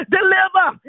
Deliver